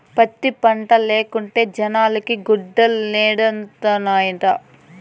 పత్తి పంటే లేకుంటే జనాలకి గుడ్డలేడనొండత్తనాయిట